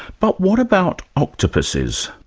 but what about octopuses?